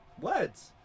Words